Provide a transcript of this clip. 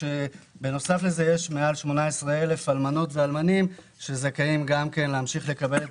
בנוסף לזה יש מעל 18,000 אלמנות ואלמנים שזכאים גם כן להמשיך לקבל את